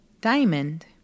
diamond